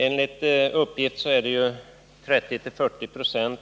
Enligt uppgift är 30-40